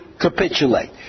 capitulate